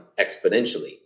exponentially